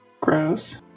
Gross